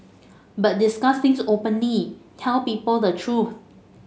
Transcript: but discuss things openly tell people the true